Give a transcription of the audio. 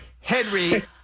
Henry